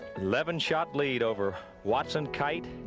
eleven shot. lead over watson kite.